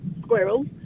squirrels